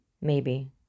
Maybe